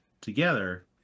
together